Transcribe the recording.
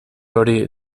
hori